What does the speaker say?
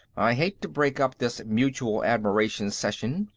i hate to break up this mutual admiration session,